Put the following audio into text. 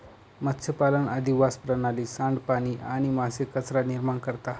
मत्स्यपालन अधिवास प्रणाली, सांडपाणी आणि मासे कचरा निर्माण करता